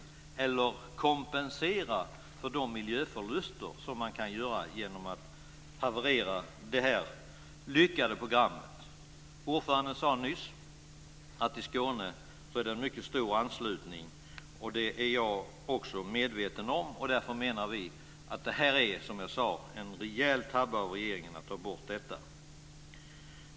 Hur tänker regeringen kompensera för de miljöförluster man kan göra genom att haverera detta lyckade program? Ordföranden sade nyss att det finns en mycket stor anslutning i Skåne, och det är jag också medveten om. Därför menar vi som sagt att det är en rejäl tabbe av regeringen att ta bort detta.